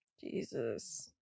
jesus